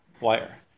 wire